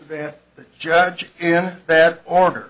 the judge in that order